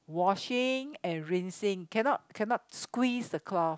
washing and rinsing can not can not squeeze the cloth